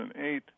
2008